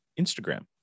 Instagram